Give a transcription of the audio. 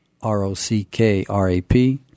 R-O-C-K-R-A-P